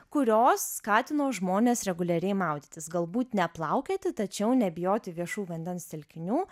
kurios skatino žmones reguliariai maudytis galbūt ne plaukioti tačiau nebijoti viešų vandens telkinių